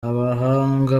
abahanga